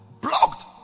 blocked